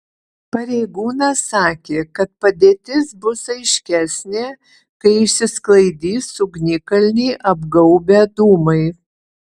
pareigūnas sakė kad padėtis bus aiškesnė kai išsisklaidys ugnikalnį apgaubę dūmai